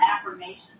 affirmation